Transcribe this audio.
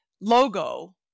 logo